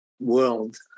world